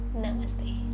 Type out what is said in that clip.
Namaste